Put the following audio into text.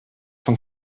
von